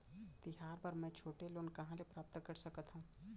तिहार बर मै छोटे लोन कहाँ ले प्राप्त कर सकत हव?